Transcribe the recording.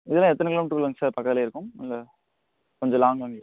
இதெல்லாம் எத்தனை கிலோமீட்ருக்குள்ளங்க சார் பக்கத்துலேயே இருக்கும் இல்லை கொஞ்சம் லாங்காங்க சார்